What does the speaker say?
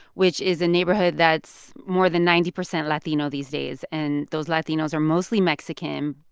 which is a neighborhood that's more than ninety percent latino these days, and those latinos are mostly mexican.